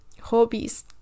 hobbies